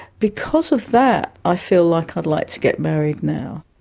because of that i feel like i'd like to get married now.